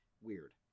weird